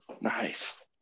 Nice